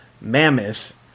Mammoth